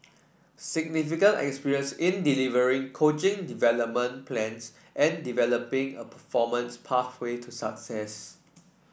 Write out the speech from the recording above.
significant experience in delivering coaching development plans and developing a performance pathway to success